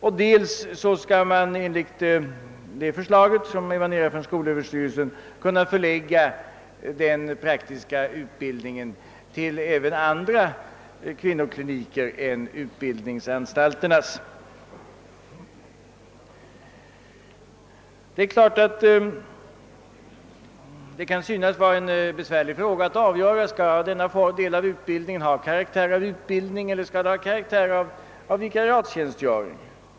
Vidare skall man enligt SÖ:s förslag kunna förlägga den praktiska utbildningen till även andra kvinnokliniker än utbildningsanstalternas. Det kan synas vara en besvärlig fråga att avgöra om denna del av utbildningen skall ha karaktären av utbildning eller vikariatstjänstgöring.